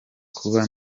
kuba